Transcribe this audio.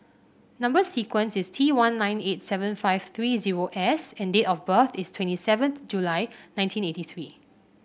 number sequence is T one nine eight seven five three zero S and date of birth is twenty seventh July nineteen eighty three